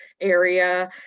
area